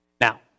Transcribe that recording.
Now